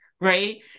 Right